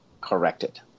corrected